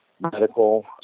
medical